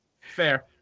fair